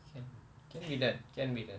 can can be done can be done